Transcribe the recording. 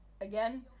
again